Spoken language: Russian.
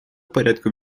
порядку